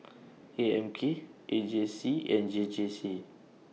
A M K A J C and J J C